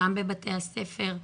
גם בבתי הספר,